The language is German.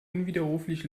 unwiderruflich